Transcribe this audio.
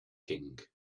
king